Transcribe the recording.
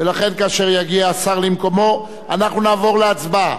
ולכן כאשר יגיע השר למקומו אנחנו נעבור להצבעה,